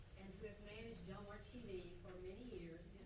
and he has managed del mar tv for many years.